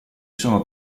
sono